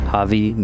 Javi